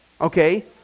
Okay